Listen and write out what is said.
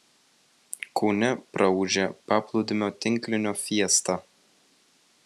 kaune praūžė paplūdimio tinklinio fiesta